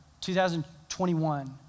2021